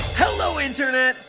hello internet!